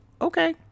Okay